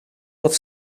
wat